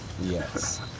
Yes